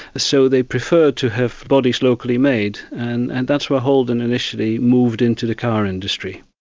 so they preferred to have bodies locally made, and and that's holden initially moved into the car industry.